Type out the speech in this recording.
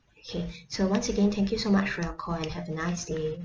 okay so once again thank you so much for your call and have a nice day